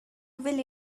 will